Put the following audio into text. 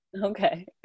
Okay